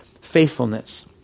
faithfulness